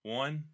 one